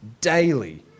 daily